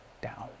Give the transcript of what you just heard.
down